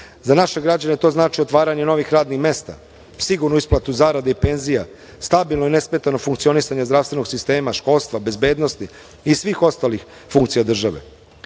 Za naše građane to znači otvaranje novih radnih mesta, sigurnu isplatu zarada i penzija, stabilno i nesmetano funkcionisanje zdravstvenog sistema, školstva, bezbednosti i svih ostalih funkcija države. Ukupna